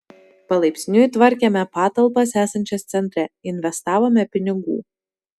palaipsniui tvarkėme patalpas esančias centre investavome pinigų